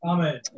Amen